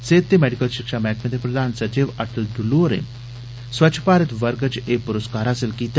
सेहत ते मैडिकल शिक्षा मैहकमे दे प्रधान सचिव अ ल ढ़ल्ल् होरें स्वच्छ भारत वर्ग च ए पुरस्कार हासल कीता